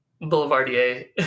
Boulevardier